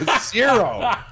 Zero